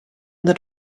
that